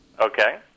Okay